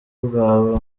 bwawe